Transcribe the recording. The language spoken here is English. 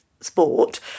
sport